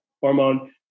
hormone